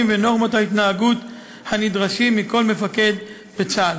ונורמות ההתנהגות הנדרשים מכל מפקד בצה"ל.